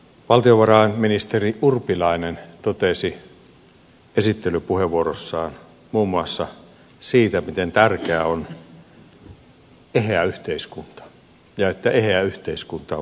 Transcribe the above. valtiovarainministeri urpilainen totesi esittelypuheenvuorossaan muun muassa miten tärkeää on eheä yhteiskunta ja että eheä yhteiskunta on vahva yhteiskunta